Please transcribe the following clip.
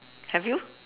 have you